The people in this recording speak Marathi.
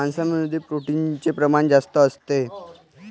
मांसामध्ये प्रोटीनचे प्रमाण जास्त असते